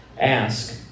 ask